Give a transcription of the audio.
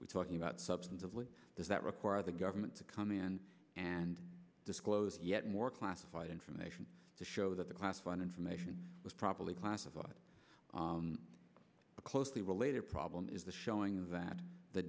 we're talking about substantively does that require the government to come in and disclose yet more classified information to show that the classified information was properly classified a closely related problem is the showing that the